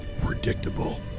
predictable